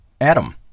Adam